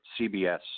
CBS –